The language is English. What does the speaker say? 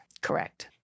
Correct